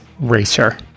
Racer